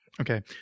Okay